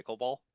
pickleball